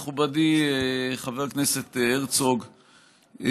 מכובדי חבר הכנסת הרצוג,